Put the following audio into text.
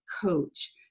coach